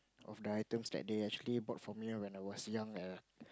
of the item that day actually bought from you when I was young ah